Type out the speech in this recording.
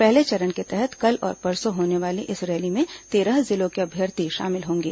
पहले चरण के तहत कल और परसों होने वाली इस रैली में तेरह जिलों के अभ्यर्थी शामिल होंगे